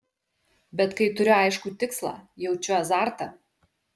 bet kai turiu aiškų tikslą jaučiu azartą